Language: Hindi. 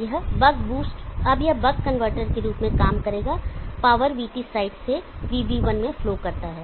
यह अब बक कन्वर्टर के रूप में काम करेगा पावर VT साइड से VB1 में फ्लो करता है